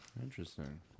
Interesting